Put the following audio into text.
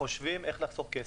חושבים איך לחסוך כסף,